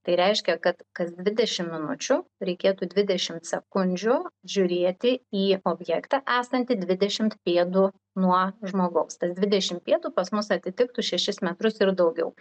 tai reiškia kad kas dvidešimt minučių reikėtų dvidešim sekundžių žiūrėti į objektą esantį dvidešimt pėdų nuo žmogaus tas dvidešimt pietų pas mus atitiktų šešis metrus ir daugiau